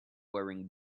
wearing